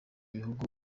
bihugu